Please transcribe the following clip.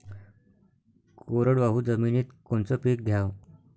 कोरडवाहू जमिनीत कोनचं पीक घ्याव?